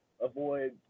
avoid